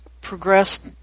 Progressed